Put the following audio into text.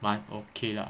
蛮 okay lah